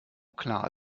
klar